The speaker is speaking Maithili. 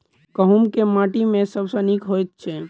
गहूम केँ माटि मे सबसँ नीक होइत छै?